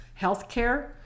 healthcare